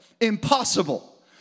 impossible